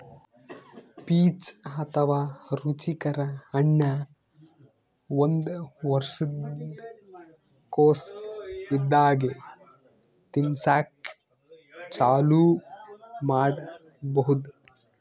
peach ಅಥವಾ ರುಚಿಕರ ಹಣ್ಣ್ ಒಂದ್ ವರ್ಷಿನ್ದ್ ಕೊಸ್ ಇದ್ದಾಗೆ ತಿನಸಕ್ಕ್ ಚಾಲೂ ಮಾಡಬಹುದ್